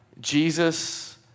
Jesus